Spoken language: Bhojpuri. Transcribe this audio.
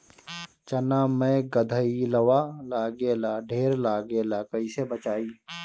चना मै गधयीलवा लागे ला ढेर लागेला कईसे बचाई?